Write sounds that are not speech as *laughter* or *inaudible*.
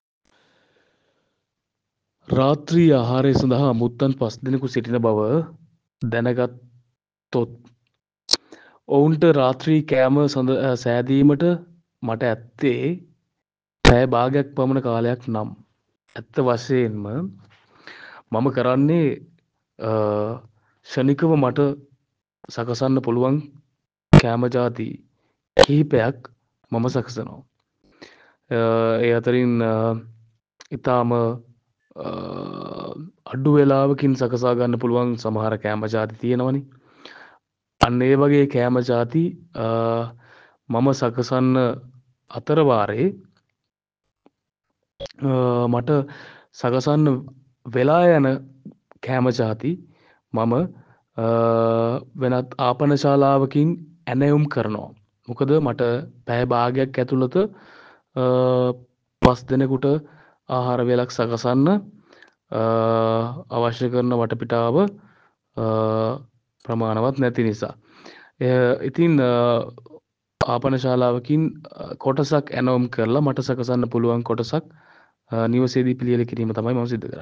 රාත්‍රී ආහාරය සඳහා අමුත්තන් පස් දෙනෙකු සිටින බව *hesitation* දැන ගත් *hesitation* තොත් *hesitation* ඔවුන්ට රාත්‍රී කෑම සෑදීමට *hesitation* මට ඇත්තේ *hesitation* පැය බාගයක් පමණ කාලයක් නම් *hesitation* ඇත්ත වශයෙන්ම *hesitation* මම කරන්නේ *hesitation* ක්ෂණිකව මට *hesitation* සකසන්න පුළුවන් *hesitation* කෑම ජාති *hesitation* කිහිපයක් *hesitation* මම සකසනවා. *hesitation* ඒ අතරින් *hesitation* ඉතාම *hesitation* අඩු වෙලාවකින් සකසා ගන්න පුළුවන් *hesitation* සමහර කෑම ජාති තියෙනවනේ. අන්න ඒ වගේ කෑම ජාති *hesitation* මම සකසන්න *hesitation* අතර වාරයේ *hesitation* මට *hesitation* සකසන්න වෙලා යන *hesitation* කෑම ජාති *hesitation* මම *hesitation* වෙනත් ආපන ශාලාවකින් *hesitation* ඇණවුම් කරනවා. මොකද මට *hesitation* පැය බාගයක් ඇතුළත *hesitation* පස් දෙනෙකුට *hesitation* ආහාර වේලක් සකසන්න *hesitation* අවශ්‍ය කරන වටපිටාව *hesitation* ප්‍රමාණවත් නැති නිසා. ඉතින් *hesitation* ආපන ශාලාවකින් කොටසක් *hesitation* ඇණවුම් කරලා *hesitation* මට සකසන්න පුළුවන් කොටසක් *hesitation* නිවසේදී පිළියෙළ කිරීම තමයි මම සිද්ද කරන්නේ.